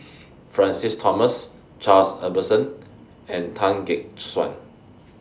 Francis Thomas Charles Emmerson and Tan Gek Suan